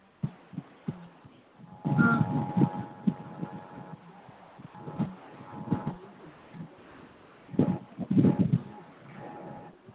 ꯑꯥ